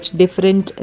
different